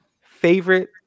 favorite